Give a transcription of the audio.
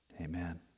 Amen